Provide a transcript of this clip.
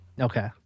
Okay